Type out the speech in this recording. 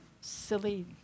silly